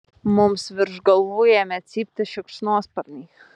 mums virš galvų ėmė cypti šikšnosparniai